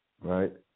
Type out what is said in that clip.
Right